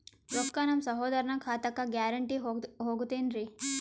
ರೊಕ್ಕ ನಮ್ಮಸಹೋದರನ ಖಾತಕ್ಕ ಗ್ಯಾರಂಟಿ ಹೊಗುತೇನ್ರಿ?